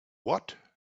what